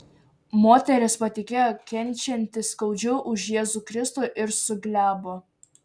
moteris patikėjo kenčianti skaudžiau už jėzų kristų ir suglebo